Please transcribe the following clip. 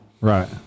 Right